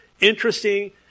interesting